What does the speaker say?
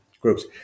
groups